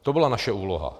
To byla naše úloha.